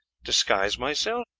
disguise myself!